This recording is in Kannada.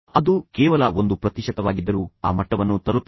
ಅದು ಕೇವಲ 1 ಪ್ರತಿಶತವಾಗಿದ್ದರೂ ಆ ಮಟ್ಟವನ್ನು ತಲುಪಿರಿ